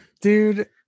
dude